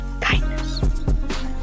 Kindness